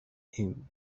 him